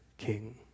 king